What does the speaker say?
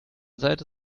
seite